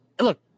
Look